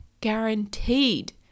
guaranteed